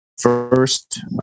first